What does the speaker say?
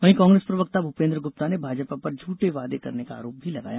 वहीं कांग्रेस प्रवक्ता भूपेन्द्र गुप्ता ने भाजपा पर झूठे वादे करने का आरोप लगाया